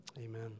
Amen